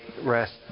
rest